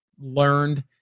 learned